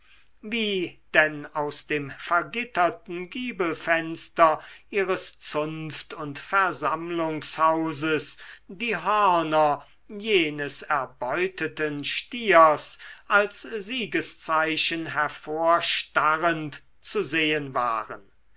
wie denn aus dem vergitterten giebelfenster ihres zunft und versammlungshauses die hörner jenes erbeuteten stiers als siegeszeichen hervorstarrend zu sehen waren